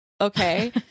Okay